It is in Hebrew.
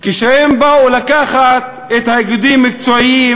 כשהם באו לקחת את האיגודים המקצועיים,